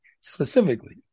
specifically